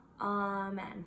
Amen